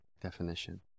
definition